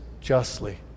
justly